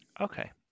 Okay